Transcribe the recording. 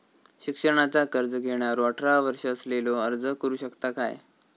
शिक्षणाचा कर्ज घेणारो अठरा वर्ष असलेलो अर्ज करू शकता काय?